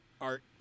art